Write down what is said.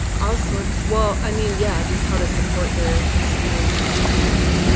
ah sort of well i mean, yeah, just how to support their students in school, right?